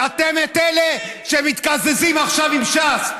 ואתם אלה שמתקזזים עכשיו עם ש"ס.